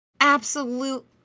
absolute